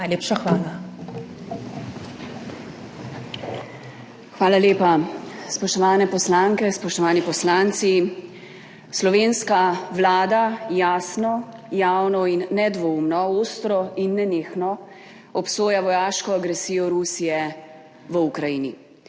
zadeve):** Hvala lepa. Spoštovane poslanke, spoštovani poslanci. Slovenska Vlada jasno, javno in nedvoumno, ostro in nenehno obsoja vojaško agresijo Rusije v Ukrajini.